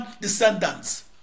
descendants